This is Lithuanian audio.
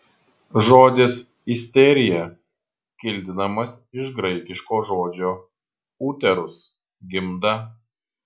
žodis isterija kildinamas iš graikiško žodžio uterus gimda